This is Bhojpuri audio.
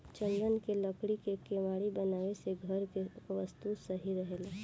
चन्दन के लकड़ी के केवाड़ी बनावे से घर के वस्तु सही रहेला